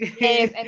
Yes